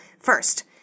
First